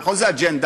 נכון שזו אג'נדה,